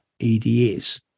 EDS